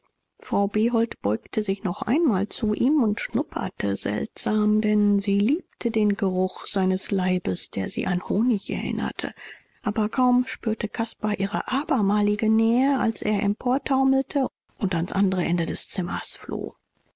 behold beugte sich noch einmal zu ihm und schnupperte seltsam denn sie liebte den geruch seines leibes der sie an honig erinnerte aber kaum spürte caspar ihre abermalige nähe als er emportaumelte und ans andre ende des zimmers floh